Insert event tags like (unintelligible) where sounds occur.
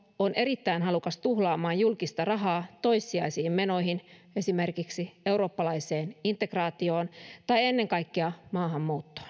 on erittäin halukas tuhlaamaan julkista rahaa toissijaisiin menoihin esimerkiksi eurooppalaiseen integraatioon tai ennen kaikkea maahanmuuttoon (unintelligible)